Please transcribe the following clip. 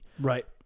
Right